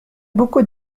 beaucoup